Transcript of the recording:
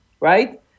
right